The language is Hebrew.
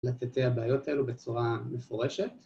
לתתי הבעיות האלו בצורה מפורשת